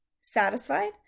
satisfied